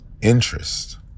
interest